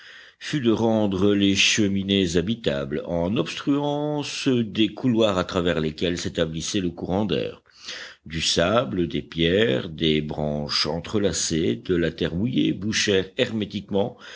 fut de rendre les cheminées habitables en obstruant ceux des couloirs à travers lesquels s'établissait le courant d'air du sable des pierres des branches entrelacées de la terre mouillée bouchèrent hermétiquement